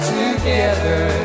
together